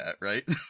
right